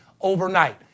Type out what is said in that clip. overnight